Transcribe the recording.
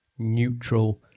neutral